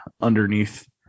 underneath